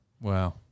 Wow